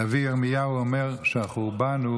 הנביא ירמיהו אומר שהחורבן הוא